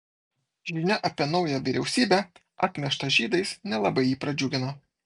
žinia apie naują vyriausybę atmieštą žydais nelabai jį pradžiugino